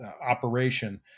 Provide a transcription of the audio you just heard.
operation